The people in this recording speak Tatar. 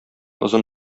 озын